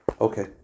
Okay